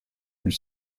lui